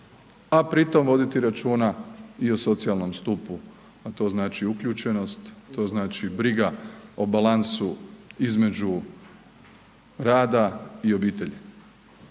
a pri tom voditi računa i o socijalnom stupu, a to znači uključenost, to znači briga o balansu između rada i obitelji,